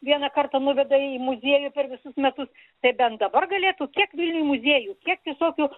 vieną kartą nuveda į muziejų per visus metus tai bent dabar galėtų kiek vilniuj muziejų kiek visokių